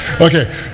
Okay